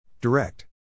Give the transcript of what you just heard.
Direct